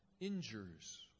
injures